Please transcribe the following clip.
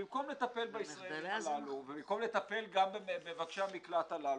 ובמקום לטפל בישראלים הללו ובמקום לטפל במבקשי המקלט הללו,